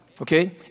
Okay